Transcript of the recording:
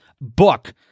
book